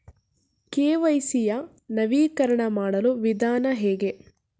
KYC ಯ ನವೀಕರಣ ಮಾಡುವ ವಿಧಾನ ಹೇಗೆ?